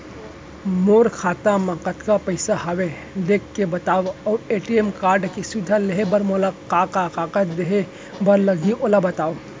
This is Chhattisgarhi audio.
मोर खाता मा कतका पइसा हवये देख के बतावव अऊ ए.टी.एम कारड के सुविधा लेहे बर मोला का का कागज देहे बर लागही ओला बतावव?